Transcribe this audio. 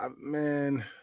Man